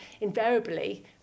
invariably